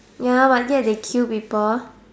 ya but yet they kill people